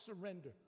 surrender